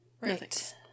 Right